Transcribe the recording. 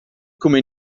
come